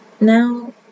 Now